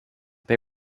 they